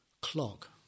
clock